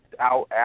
out